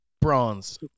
bronze